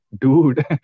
dude